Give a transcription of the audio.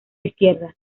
izquierda